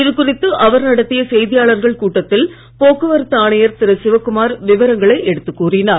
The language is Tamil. இதுகுறித்து அவர் நடத்திய செய்தியாளர்கள் கூட்டத்தில் போக்குவரத்து ஆணையர் திரு சிவக்குமார் விவரங்களை எடுத்துக் கூறினார்